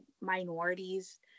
minorities